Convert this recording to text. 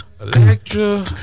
Electra